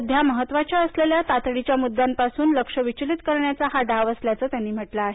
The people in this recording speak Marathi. सध्या महत्त्वाच्या असलेल्या तातडीच्या मुद्द्यापासून लक्ष विचलित करण्याचा हा डाव असल्याचं त्यांनी म्हटलं आहे